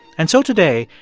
and so today,